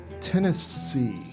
Tennessee